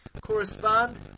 correspond